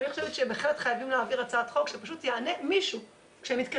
אני חושבת שבהחלט חייבים להעביר הצעת חוק שפשוט יענה מישהו כשמתקשרים,